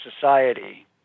society